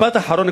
משפט אחרון,